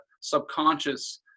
subconscious